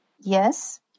Yes